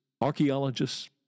archaeologists